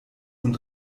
und